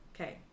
Okay